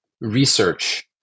research